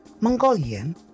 Mongolian